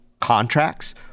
contracts